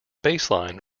baseline